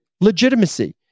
legitimacy